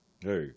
Hey